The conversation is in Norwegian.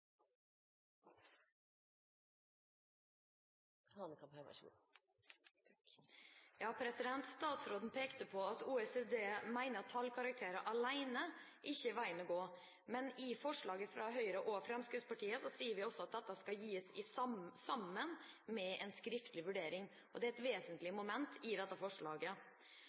veien å gå, men i forslaget fra Høyre og Fremskrittspartiet sier vi at dette skal gis sammen med en skriftlig vurdering. Det er et vesentlig moment i dette forslaget. Samtidig vil jeg bare si at jeg håper statsråden ikke deler representanten Hagens syn på at karaktergivning fra læreren simpelthen er å kaste terninger framfor å få en faglig vurdering gitt av